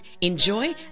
enjoy